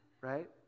right